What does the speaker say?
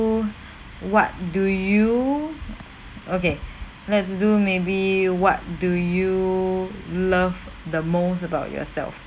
what do you okay let's do maybe what do you love the most about yourself